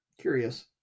Curious